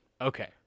Okay